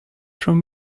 from